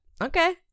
okay